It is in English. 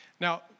Now